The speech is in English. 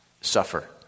suffer